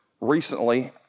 recently